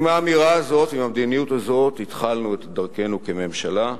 עם האמירה הזאת ועם המדיניות הזאת התחלנו את דרכנו כממשלה,